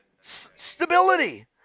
Stability